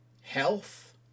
health